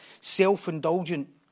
self-indulgent